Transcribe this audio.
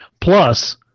Plus